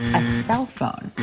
a cell phone.